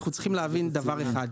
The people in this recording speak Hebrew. אנחנו צריכים להבין דבר אחד.